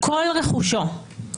כל רכושו,